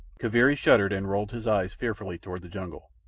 kaviri shuddered and rolled his eyes fearfully toward the jungle.